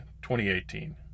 2018